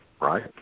right